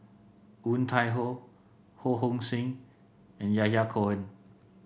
Woon Tai Ho Ho Hong Sing and Yahya Cohen